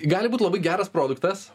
gali būt labai geras produktas